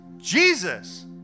Jesus